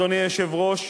אדוני היושב-ראש,